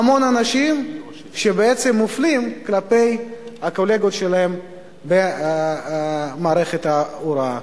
המון אנשים שבעצם מופלים כלפי הקולגות שלהם במערכת ההוראה.